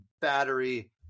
battery